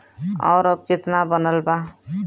और अब कितना बनल बा?